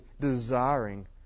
desiring